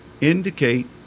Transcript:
indicate